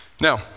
Now